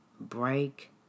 break